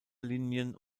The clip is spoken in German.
linjen